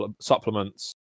supplements